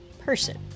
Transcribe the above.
person